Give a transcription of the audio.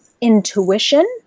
intuition